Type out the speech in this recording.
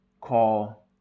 call